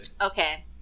Okay